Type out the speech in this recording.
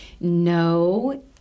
no